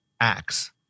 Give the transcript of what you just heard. acts